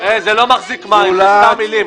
זה לא מחזיק מים, אלה סתם מילים.